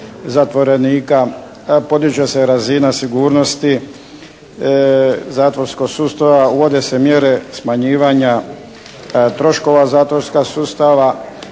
zatvorenika, podiže se razina sigurnosti zatvorskog sustava, uvode se mjere smanjivanja troškova zatvorskog sustava.